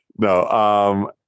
no